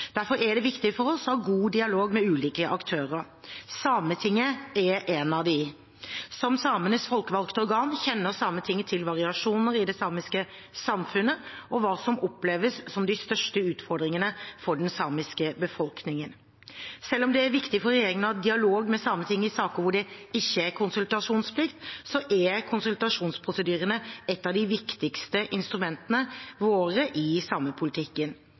Derfor er det viktig for oss å ha god dialog med ulike aktører. Sametinget er en av disse. Som samenes folkevalgte organ kjenner Sametinget til variasjoner i det samiske samfunnet og hva som oppleves som de største utfordringene for den samiske befolkningen. Selv om det er viktig for regjeringen å ha dialog med Sametinget i saker hvor det ikke er konsultasjonsplikt, er konsultasjonsprosedyrene et av de viktigste instrumentene våre i